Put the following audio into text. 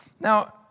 Now